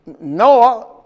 Noah